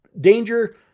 danger